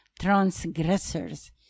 transgressors